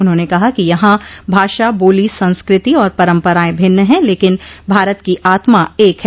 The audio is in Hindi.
उन्होंने कहा कि यहां भाषा बोली संस्कृति और परम्पराएं भिन्न हैं लेकिन भारत की आत्मा एक है